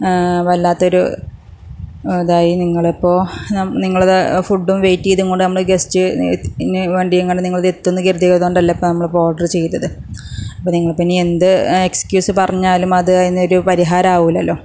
വല്ലാത്തൊരു ഇതായി നിങ്ങളിപ്പോൾ നിങ്ങളതാ ഫുഡും വെയിറ്റ് ചെയ്തുകൊണ്ട് നമ്മളെ ഗസ്റ്റ് ഇതിന് വേണ്ടി ഇങ്ങനെ നിങ്ങളിതെത്തും എന്ന് കരുതിയത് കൊണ്ടല്ലേ ഇപ്പം നമ്മളിപ്പം ഓർഡർ ചെയ്തത് നിങ്ങൾ പിന്നെ എന്ത് എസ്ക്യൂസ് പറഞ്ഞാലും അത് അതിനൊരു പരിഹാരം അവൂലല്ലോ